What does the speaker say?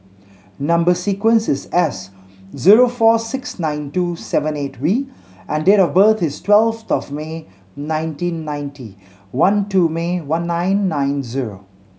number sequence is S zero four six nine two seven eight V and date of birth is twelfth of May nineteen ninety one two May one nine nine zero